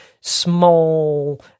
small